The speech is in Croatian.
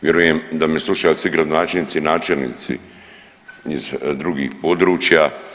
Vjerujem da me slušaju svi gradonačelnici, načelnici iz drugih područja.